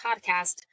podcast